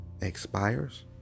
expires